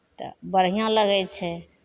तऽ बढ़िआँ लगै छै